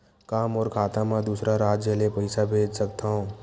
का मोर खाता म दूसरा राज्य ले पईसा भेज सकथव?